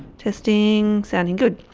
testing. sounding good.